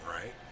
right